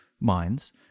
minds